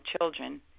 children